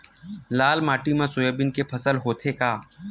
लाल माटी मा सोयाबीन के फसल होथे का?